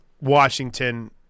Washington